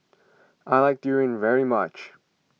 I like Durian very much